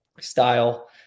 style